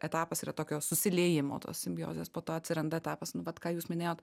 etapas yra tokio susiliejimo tos simbiozės po to atsiranda etapas nu vat ką jūs minėjot